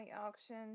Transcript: Auction